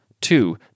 Two